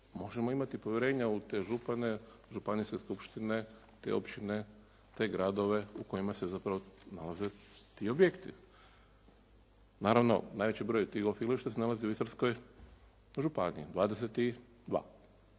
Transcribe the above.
možemo imati povjerenja u te župane, županijske skupštine, te općine, te gradove u kojima se zapravo nalaze ti objekti. Naravno, najveći broj tih golf igrališta se nalazi u Istarskoj županiji 22.